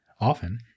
Often